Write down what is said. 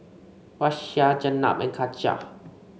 Raisya Jenab and Katijah